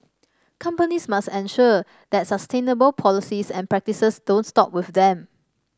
companies must ensure that sustainable policies and practices don't stop with them